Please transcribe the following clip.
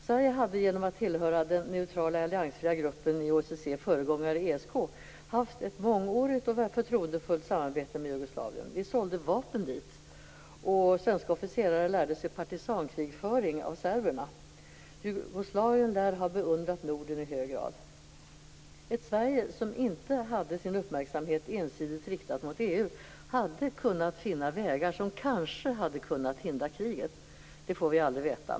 Sverige hade genom att tillhöra den neutrala, alliansfria gruppen i OSSE:s föregångare ESK, haft ett mångårigt och förtroendefullt samarbete med Jugoslavien. Vi sålde vapen dit, och svenska officerare lärde sig partisankrigföring av serberna. Jugoslavien lär ha beundrat Norden i hög grad. Ett Sverige som inte hade sin uppmärksamhet ensidigt riktad mot EU hade kunnat finna vägar som kanske hade kunnat hindra kriget. Det får vi aldrig veta.